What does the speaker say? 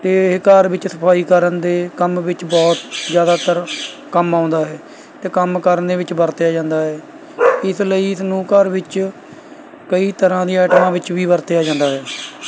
ਅਤੇ ਇਹ ਘਰ ਵਿੱਚ ਸਫਾਈ ਕਰਨ ਦੇ ਕੰਮ ਵਿੱਚ ਬਹੁਤ ਜ਼ਿਆਦਾਤਰ ਕੰਮ ਆਉਂਦਾ ਹੈ ਅਤੇੇ ਕੰਮ ਕਰਨ ਵਿੱਚ ਵਰਤਿਆ ਜਾਂਦਾ ਹੈ ਇਸ ਲਈ ਇਸ ਨੂੰ ਘਰ ਵਿੱਚ ਕਈ ਤਰ੍ਹਾਂ ਦੀਆਂ ਆਈਟਮਾਂ ਵਿੱਚ ਵੀ ਵਰਤਿਆ ਜਾਂਦਾ ਹੈ